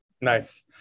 Nice